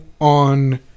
on